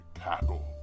cackle